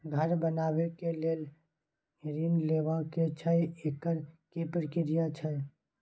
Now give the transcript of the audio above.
घर बनबै के लेल ऋण लेबा के छै एकर की प्रक्रिया छै?